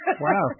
Wow